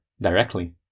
directly